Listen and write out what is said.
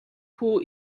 хүү